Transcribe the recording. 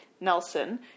Nelson